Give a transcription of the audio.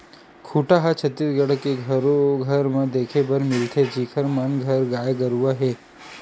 खूटा ह छत्तीसगढ़ के घरो घर म देखे बर मिलथे जिखर मन घर गाय गरुवा हे